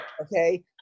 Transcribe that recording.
okay